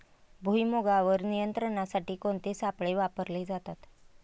भुईमुगावर नियंत्रणासाठी कोणते सापळे वापरले जातात?